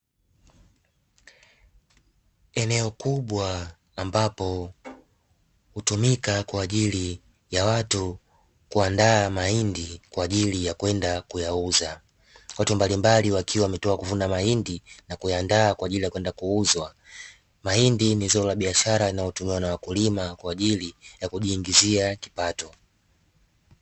Eneo kubwa ambapo hutumika kwaajili ya watu kuaandaa mahindi kwaajili ya kwenda kuyauza, watu mbalimbali wakiwa wametoka kuvuna mahindi na kuyaandaa kwaajili ya kwenda kuuzwa, mahindi ni zao la biashara linalotumiwa na wakulima kwaajili ya kujiingizia kipato.